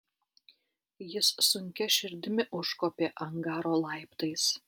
jis sunkia širdimi užkopė angaro laiptais